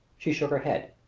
she shook her head.